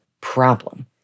problem